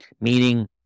meaning